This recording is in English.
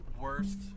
worst